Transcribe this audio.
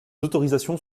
autorisations